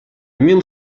mil